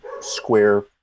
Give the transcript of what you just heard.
square